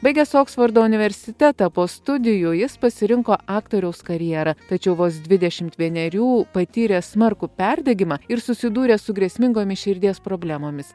baigęs oksfordo universitetą po studijų jis pasirinko aktoriaus karjerą tačiau vos dvidešimt vienerių patyrė smarkų perdegimą ir susidūrė su grėsmingomis širdies problemomis